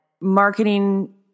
marketing